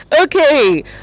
Okay